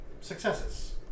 successes